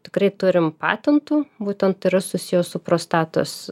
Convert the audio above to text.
tikrai turim patentų būtent ir susiję su prostatos